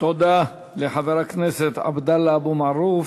תודה לחבר הכנסת עבדאללה אבו מערוף.